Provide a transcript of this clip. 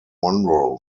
monroe